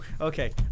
Okay